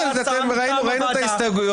-- לא היה מספר כזה של הסתייגויות,